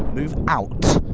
move out.